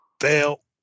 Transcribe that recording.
Fail